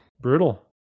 Brutal